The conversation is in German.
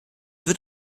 wird